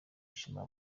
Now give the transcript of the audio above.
ishema